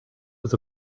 was